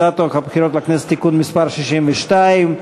הצעת חוק הבחירות לכנסת (תיקון מס' 62),